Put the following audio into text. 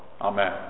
Amen